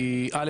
א',